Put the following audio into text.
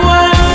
one